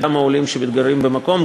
גם העולים שמתגוררים במקום,